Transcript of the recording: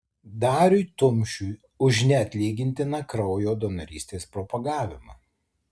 dariui tumšiui už neatlygintiną kraujo donorystės propagavimą